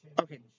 Okay